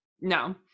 No